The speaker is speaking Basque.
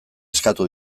eskatu